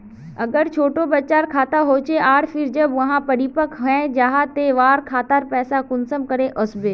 अगर छोटो बच्चार खाता होचे आर फिर जब वहाँ परिपक है जहा ते वहार खातात पैसा कुंसम करे वस्बे?